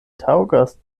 taŭgas